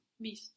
Visto